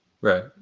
right